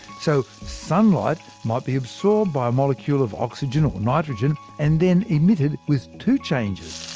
so, sunlight might be absorbed by a molecule of oxygen or nitrogen, and then emitted with two changes.